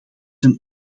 een